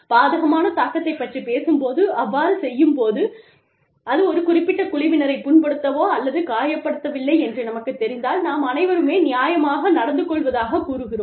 பாதகமான தாக்கத்தை பற்றிப் பேசும்போது அவ்வாறு செய்யும் போது அது ஒரு குறிப்பிட்ட குழுவினரை புண்படுத்தவோ அல்லது காயப்படுத்தவில்லை என்று நமக்குத் தெரிந்தால் நாம் அனைவருமே நியாயமாக நடந்துகொள்வதாகவே கூறுகிறோம்